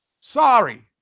Sorry